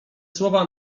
słowa